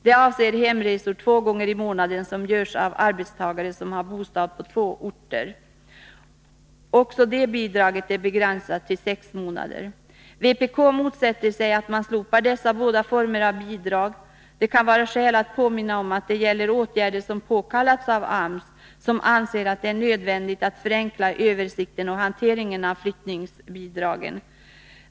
Det avser hemresor, två gånger i månaden, som görs av arbetstagare som har bostad på två orter. Också det bidraget är begränsat till sex månader. Vpk motsätter sig att man slopar dessa båda former av bidrag. Det kan vara skäl att påminna om att det gäller åtgärder som påkallats av AMS, som anser det nödvändigt att förenkla översikten och hanteringen av flyttningsbidragen.